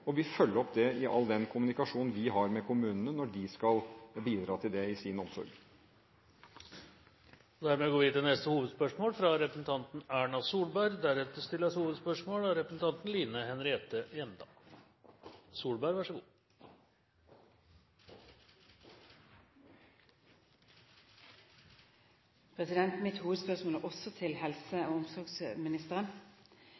og vil følge opp det i all kommunikasjon vi har med kommunene når de skal bidra til det i sin omsorg. Vi går videre til neste hovedspørsmål.